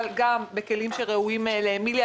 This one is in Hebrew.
אבל גם בכלים שראויים לאמיליה,